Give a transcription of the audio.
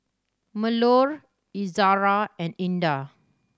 Melur Izara and Indah